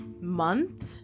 month